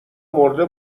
مرده